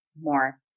more